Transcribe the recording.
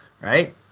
right